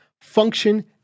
function